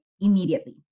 immediately